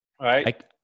right